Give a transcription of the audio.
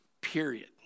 period